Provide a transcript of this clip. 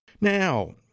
Now